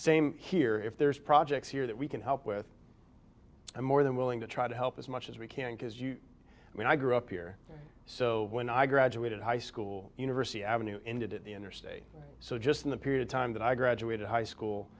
same here if there's projects here that we can help with i'm more than willing to try to help as much as we can because you and i grew up here so when i graduated high school university avenue ended at the interstate so just in the period of time that i graduated high school